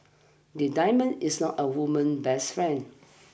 the diamond is not a woman's best friend